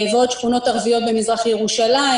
ועוד שכונות ערביות במזרח ירושלים.